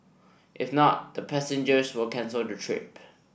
if not the passengers will cancel the trip